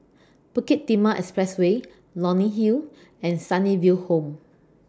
Bukit Timah Expressway Leonie Hill and Sunnyville Home